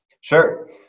Sure